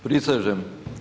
Prisežem.